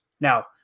Now